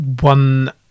One